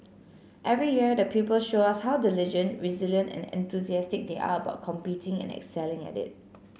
every year the pupil show us how diligent resilient and enthusiastic they are about competing and excelling at it